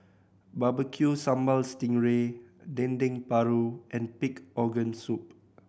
Barbecue Sambal sting ray Dendeng Paru and pig organ soup